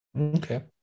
Okay